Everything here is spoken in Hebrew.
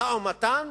משא-ומתן